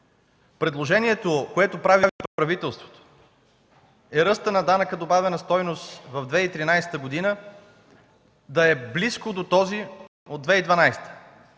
Предложението, което прави правителството, е ръстът на данък добавена стойност в 2013 г. да е близко до този от 2012